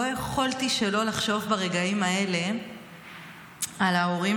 לא יכולתי שלא לחשוב ברגעים האלה על ההורים